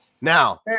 now